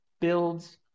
builds